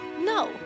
No